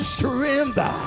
surrender